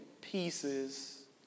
pieces